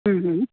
हम्म